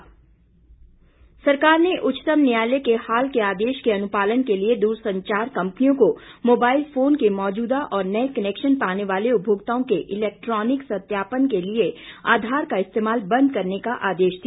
आधार सरकार ने उच्चतम न्यायालय के हाल के आदेश के अनुपालन के लिए दूरसंचार कंपनियों को मोबाइल फोन के मौजूदा और नए कनेक्शन पाने वाले उपभोक्ताओं के इलेक्ट्रॉनिक सत्यापन के लिए आधार का इस्तेमाल बंद करने का आदेश दिया